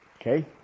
Okay